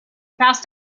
passed